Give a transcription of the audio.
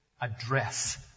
address